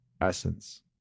essence